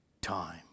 time